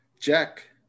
Jack